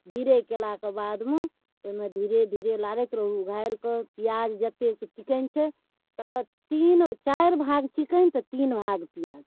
धीरे कएलाके बादमे ओहिमे धीरे धीरे लारैत रहू लारिकऽ पिआज जतेक चिकन छै तकर तीन चारि भाग चिकन तऽ तीन भाग पिआज